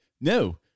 no